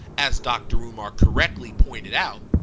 as dr. umar correctly pointed out,